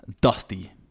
dusty